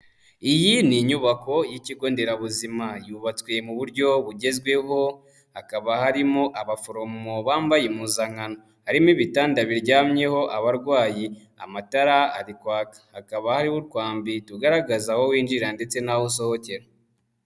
Iyi ni inyubako y'ikigo nderabuzima, yubatswe mu buryo bugezweho, hakaba harimo abaforomo bambaye impuzankano. Harimo ibitanda biryamyeho abarwayi, amatara ari kwaka. Hakaba hariho utwambi tugaragaza aho winjirira ndetse n'aho usohokera.